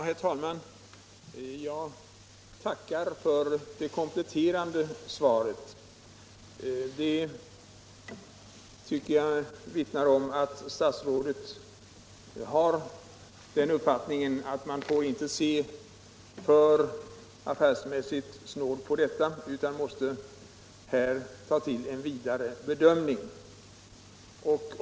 Herr talman! Jag tackar för det kompletterande svaret. Det vittnar om att statsrådet fullt riktigt har den uppfattningen att man inte får se alltför affärsmässigt på detta ärende utan måste ta till en vidare bedömning.